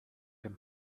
dem